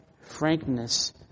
frankness